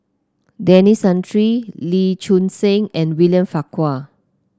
Denis Santry Lee Choon Seng and William Farquhar